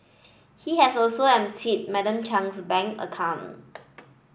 he had also emptied Madam Chung's bank account